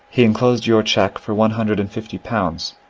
he enclosed your cheque for one hundred and fifty pounds,